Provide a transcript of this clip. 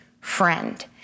friend